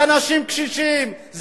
אנשים קשישים,